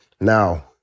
Now